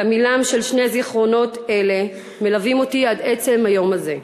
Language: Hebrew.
תמהילם של שני זיכרונות אלה מלווה אותי עד עצם היום הזה.